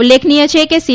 ઉલ્લેખનીય છે કે સી